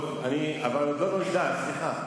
אבל היא לא נולדה, סליחה.